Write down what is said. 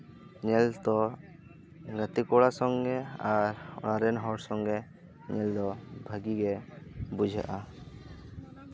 ᱧᱮᱞ ᱫᱚ ᱜᱟᱛᱮ ᱠᱚᱲᱟ ᱥᱚᱝᱜᱮ ᱟᱨ ᱚᱲᱟᱜ ᱨᱮᱱ ᱦᱚᱲ ᱥᱚᱝᱜᱮ ᱧᱮᱞ ᱫᱚ ᱵᱷᱟᱜᱮ ᱵᱩᱡᱷᱟᱹᱜᱼᱟ